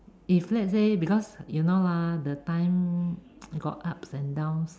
if let's say because you know lah the time got ups and downs